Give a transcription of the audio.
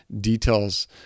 details